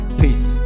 peace